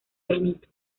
granito